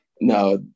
No